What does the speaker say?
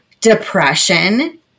Depression